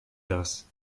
das